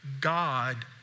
God